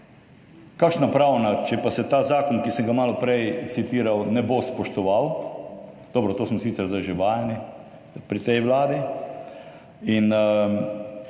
Kakšna pravna, če pa se ta zakon, ki sem ga malo prej citiral, ne bo spoštoval? Dobro, to smo sicer zdaj že vajeni pri tej vladi. Da